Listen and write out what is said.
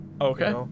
Okay